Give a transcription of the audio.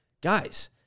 guys